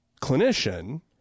clinician